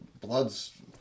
blood's